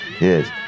Yes